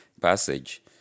passage